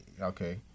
okay